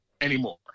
anymore